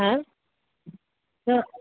হ্যাঁ